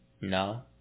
No